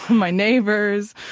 my neighbors.